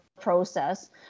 process